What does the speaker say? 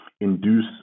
induce